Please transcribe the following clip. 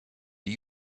you